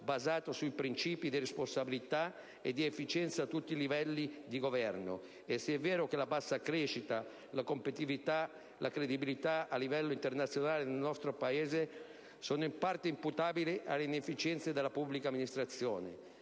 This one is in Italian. basato sui principi di responsabilità e di efficienza a tutti i livelli di governo e se è vero che la bassa crescita, la competitività e la credibilità a livello internazionale del nostro Paese sono in parte anche imputabili alle inefficienze della pubblica amministrazione,